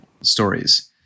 stories